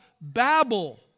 Babel